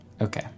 okay